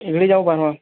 ଯାଉ ବାହାରିମା